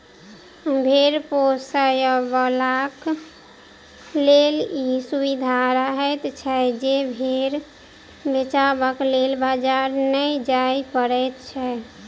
भेंड़ पोसयबलाक लेल ई सुविधा रहैत छै जे भेंड़ बेचबाक लेल बाजार नै जाय पड़ैत छै